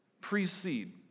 precede